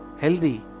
healthy